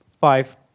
five